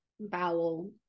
bowel